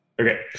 Okay